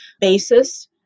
basis